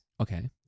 Okay